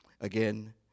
again